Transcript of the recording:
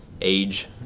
age